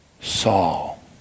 Saul